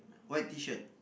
white Tshirt